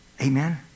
Amen